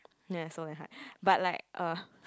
ya soul and heart but like err